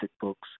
books